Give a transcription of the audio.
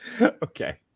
Okay